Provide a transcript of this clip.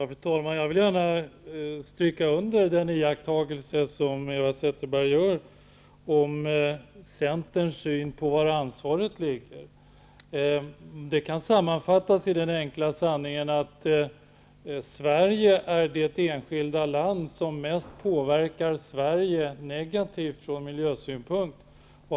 Fru talman! Jag vill gärna stryka under den iakttagelse som Eva Zetterberg gör om Centerns syn på var ansvaret ligger. Det kan sammanfattas i den enkla sanningen att Sverige är det enskilda land som från miljösynpunkt mest påverkar Sverige negativt.